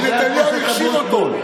כי נתניהו הכשיל אותו.